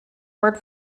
word